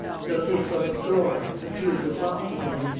you'll see a sort of drawer, with two little boxes in it.